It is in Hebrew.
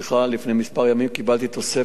לפני כמה ימים, קיבלתי תוספת.